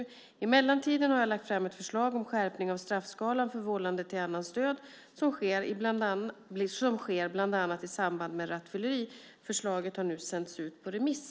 I mellantiden har jag lagt fram ett förslag om skärpning av straffskalan för vållande till annans död som sker bland annat i samband med rattfylleri. Förslaget har nu sänts ut på remiss.